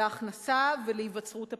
להכנסה ולהיווצרות הפערים.